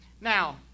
Now